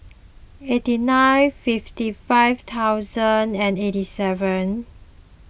eighty nine fifty five thousand and eighty seven